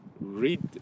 read